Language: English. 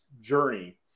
journey